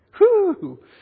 whoo